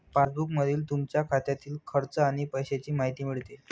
पासबुकमधून तुमच्या खात्यातील खर्च आणि पैशांची माहिती मिळते